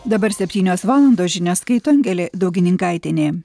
dabar septynios valandos žinias skaito angelė daugininkaitienė